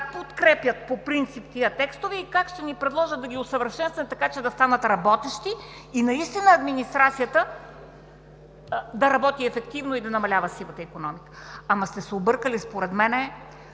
как подкрепят по принцип тези текстове и как ще ни предложат да ги усъвършенстваме, така че да станат работещи и наистина администрацията да работи ефективно и да намалява сивата икономика. Объркали сте се, според мен.